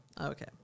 Okay